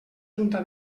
junta